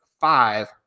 five